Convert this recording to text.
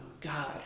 God